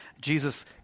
Jesus